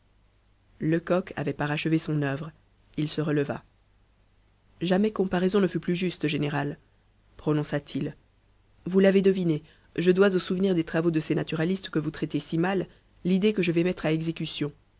lecoq avait parachevé son œuvre il se releva jamais comparaison ne fut plus juste général prononça-t-il vous l'avez deviné je dois au souvenir des travaux de ces naturalistes que vous traitez si mal l'idée que je vais mettre à exécution